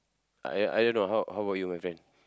I I don't know how how about you my friend